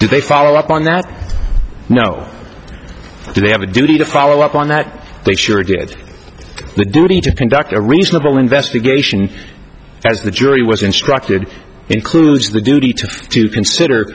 do they follow up on that no do they have a duty to follow up on that they sure did the duty to conduct a reasonable investigation as the jury was instructed includes the duty to do consider